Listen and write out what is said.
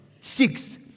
six